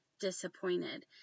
disappointed